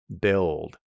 build